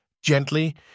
Gently